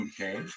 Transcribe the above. Okay